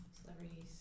Celebrities